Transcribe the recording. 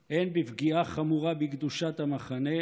הן בצורה ישירה והן בדרכים עקיפות,